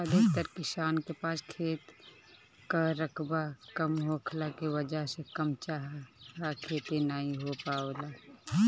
अधिकतर किसान के पास खेत कअ रकबा कम होखला के वजह से मन चाहा खेती नाइ हो पावेला